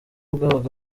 bwabaga